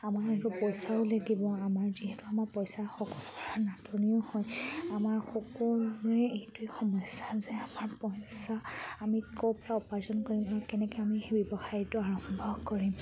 আমাৰ সেইটো পইচাও লাগিব আমাৰ যিহেতু আমাৰ পইচা নাটনিও হয় আমাৰ সকলোৰে এইটোৱেই সমস্যা যে আমাৰ পইচা আমি ক'ৰপৰা উপাৰ্জন কৰিম কেনেকৈ আমি সেই ব্যৱসায়টো আৰম্ভ কৰিম